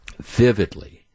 vividly